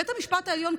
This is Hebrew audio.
בית המשפט העליון,